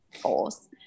force